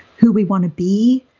who we want to be,